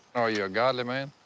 are you a godly man?